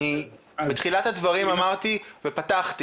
בתחילת הדברים אמרתי ופתחתי,